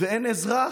ואין אזרח.